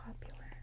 popular